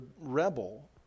rebel